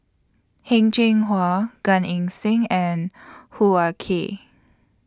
Heng Cheng Hwa Gan Eng Seng and Hoo Ah Kay